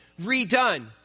redone